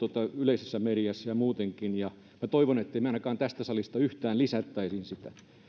yleisessä mediassa ja muutenkin ja minä toivon ettemme me ainakaan tästä salista yhtään lisäisi